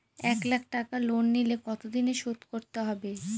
এক লাখ টাকা লোন নিলে কতদিনে শোধ করতে হবে?